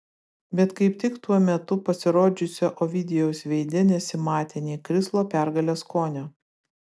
bet kaip tik tuo metu pasirodžiusio ovidijaus veide nesimatė nė krislo pergalės skonio